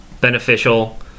beneficial